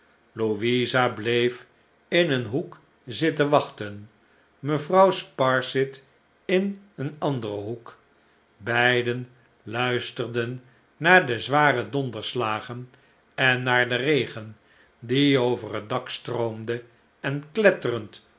louisa bleef in een hoek zitten wachten mevrouw sparsit in een anderen hoek beiden luisterden naar de zware donderslagen en naar den regen die over het dak stroomde en